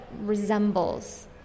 resembles